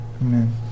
amen